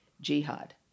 jihad